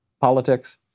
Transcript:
politics